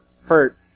hurt